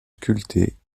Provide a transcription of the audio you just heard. sculptés